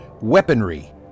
weaponry